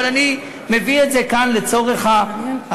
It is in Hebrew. אבל אני מביא את זה כאן לצורך החוק.